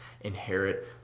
inherit